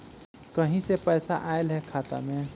कहीं से पैसा आएल हैं खाता में?